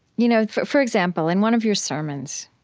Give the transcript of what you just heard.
you know for example, in one of your sermons,